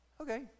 okay